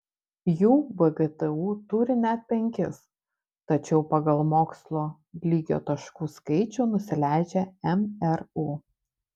jų vgtu turi net penkis tačiau pagal mokslo lygio taškų skaičių nusileidžia mru